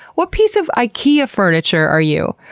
what piece of ikea furniture are you?